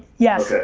yes,